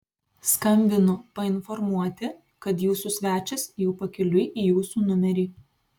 skambinu painformuoti kad jūsų svečias jau pakeliui į jūsų numerį